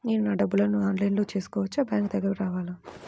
నేను నా డబ్బులను ఆన్లైన్లో చేసుకోవచ్చా? బ్యాంక్ దగ్గరకు రావాలా?